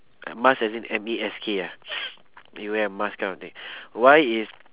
mask as in M A S K ah you wear a mask kind of thing why is